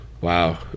Wow